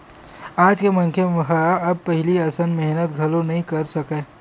आज के मनखे मन ह अब पहिली असन मेहनत घलो नइ कर सकय